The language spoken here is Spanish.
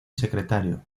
secretario